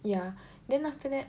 ya then after that